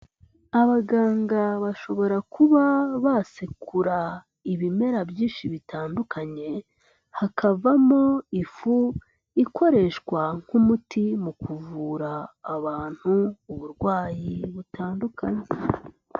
Abaganga bashobora kuba basekura ibimera byinshi bitandukanye hakavamo ifu ikoreshwa nk'umuti mu kuvura abantu uburwayi butandukanye.